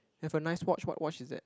have a nice watch what watch is that